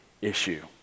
issue